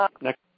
next